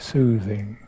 Soothing